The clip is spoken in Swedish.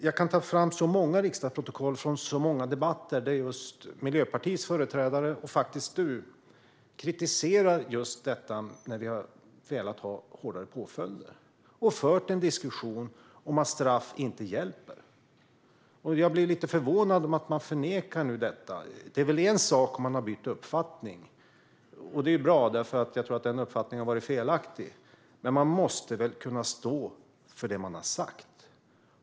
Jag kan ta fram riksdagsprotokoll från många debatter där just Miljöpartiets företrädare - faktiskt du själv, Annika Hirvonen Falk - kritiserar hårdare påföljder. Miljöpartiet har fört en diskussion om att straff inte hjälper. Jag blir lite förvånad över att man nu förnekar detta. Visst är det bra om man har bytt uppfattning, för jag tror att den uppfattning man har haft har varit felaktig. Men man måste väl kunna stå för det man har sagt?